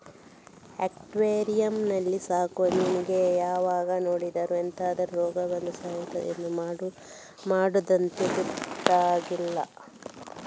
aquarium ಅಲ್ಲಿ ಸಾಕುವ ಮೀನಿಗೆ ಯಾವಾಗ ನೋಡಿದ್ರೂ ಎಂತಾದ್ರೂ ರೋಗ ಬಂದು ಸಾಯ್ತದೆ ಎಂತ ಮಾಡುದಂತ ಗೊತ್ತಾಗ್ತಿಲ್ಲ